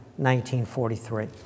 1943